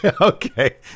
okay